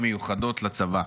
בצבא.